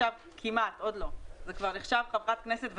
נחשבת כמעט חברת כנסת ותיקה,